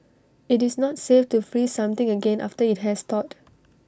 IT is not safe to freeze something again after IT has thawed